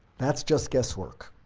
that's just guess work.